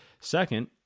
Second